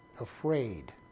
Afraid